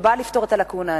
שבאה לפתור את הלקונה הזאת,